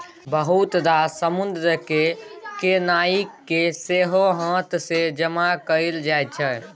बहुत रास समुद्रक खेनाइ केँ सेहो हाथ सँ जमा कएल जाइ छै